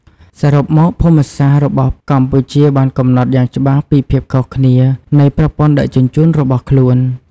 សរុបមក ភូមិសាស្ត្ររបស់កម្ពុជាបានកំណត់យ៉ាងច្បាស់ពីភាពខុសគ្នានៃប្រព័ន្ធដឹកជញ្ជូនរបស់ខ្លួន។